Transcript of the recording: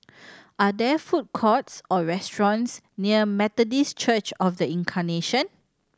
are there food courts or restaurants near Methodist Church Of The Incarnation